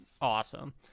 awesome